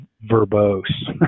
verbose